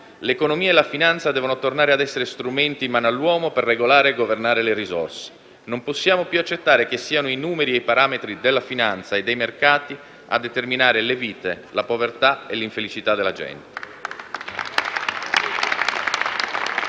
L'economia e la finanza devono tornare a essere strumenti in mano all'uomo per regolare e governare le risorse. Non possiamo più accettare che siano i numeri e i parametri della finanza e dei mercati a determinare le vite, la povertà e l'infelicità della gente.